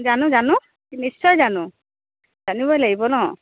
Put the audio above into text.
জানো জানো নিশ্চয় জানো জানিবই লাগিব ন